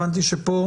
הבנתי שכאן